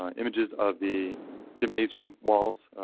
um images of the gymnasium walls.